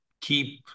keep